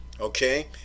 Okay